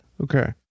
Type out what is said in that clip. okay